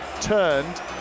turned